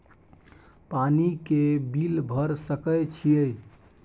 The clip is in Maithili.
पानी के बिल भर सके छियै?